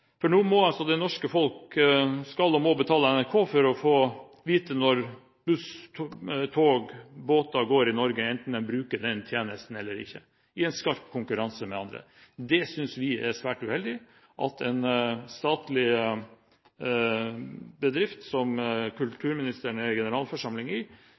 på. Nå skal, og må, det norske folk betale NRK for å vite når buss, tog og båter går i Norge, enten de bruker tjenesten eller ikke – i skarp konkurranse med andre. Vi synes det er svært uheldig at en statlig bedrift, der kulturministeren er i generalforsamlingen, går så til de grader inn i kommersiell sektor som